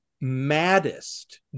maddest